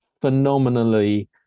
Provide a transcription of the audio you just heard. phenomenally